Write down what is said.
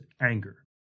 anger